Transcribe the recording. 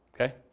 Okay